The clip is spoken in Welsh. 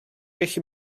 gallu